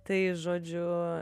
tai žodžiu